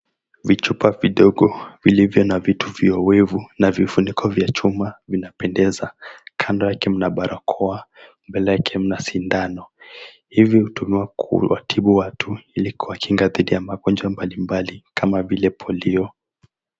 Vichupa vidogo, vilivyo na vitu vya wevu na vifuniko vya chuma vinapendeza. Kando yake mna barakoa, mbele yake mna sindano. Hivi hutumiwa kuwatibu watu, ili kuwakinga dhidi ya magonjwa mbalimbali kama vile polio.